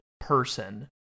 person